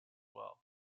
well